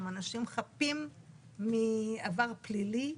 הם אנשים חפים מעבר פלילי,